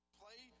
play